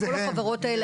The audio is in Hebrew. כל החברות האלה